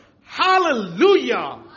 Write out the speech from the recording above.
Hallelujah